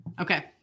okay